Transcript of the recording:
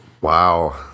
Wow